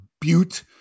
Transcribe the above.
butte